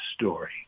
story